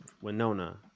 Winona